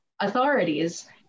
authorities